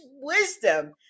wisdom